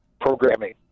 programming